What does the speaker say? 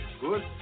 Good